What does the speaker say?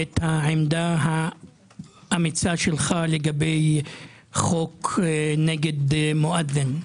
את העמדה האמיצה שלך לגבי חוק נגד מואזין,